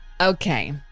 Okay